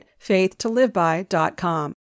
faithtoliveby.com